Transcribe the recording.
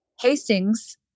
Hastings